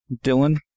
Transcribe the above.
Dylan